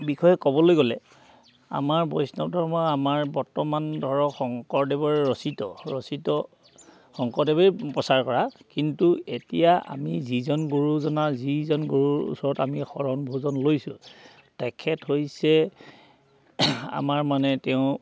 বিষয়ে ক'বলৈ গ'লে আমাৰ বৈষ্ণৱ ধৰ্ম আমাৰ বৰ্তমান ধৰক শংকৰদেৱৰ ৰচিত ৰচিত শংকৰদেৱে প্ৰচাৰ কৰা কিন্তু এতিয়া আমি যিজন গুৰুজনাৰ যিজন গৰুৰ ওচৰত আমি শৰণ ভোজন লৈছোঁ তেখেত হৈছে আমাৰ মানে তেওঁ